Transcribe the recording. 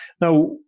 Now